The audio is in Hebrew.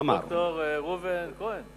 הוא אמר, ד"ר אבנר כהן.